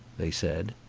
they said.